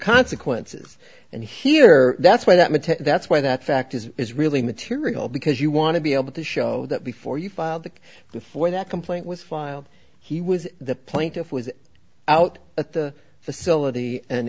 consequences and here that's what that meant to that's why that fact is is really material because you want to be able to show that before you file that before that complaint was filed he was the plaintiff was out at the facility and